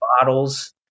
bottles